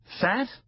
Fat